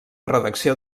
redacció